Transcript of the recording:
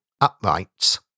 uprights